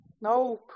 Nope